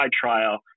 trial